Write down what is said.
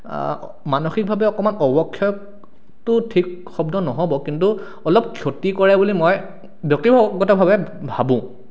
মানসিকভাৱে অকণমান অৱক্ষয়টো ঠিক শব্দ নহ'ব কিন্তু অলপ ক্ষতি কৰে বুলি মই ব্যক্তিগতভাৱে ভাবোঁ